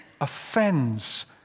offends